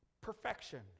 Perfection